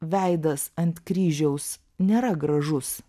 veidas ant kryžiaus nėra gražus